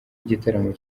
igitaramo